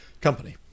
company